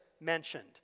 mentioned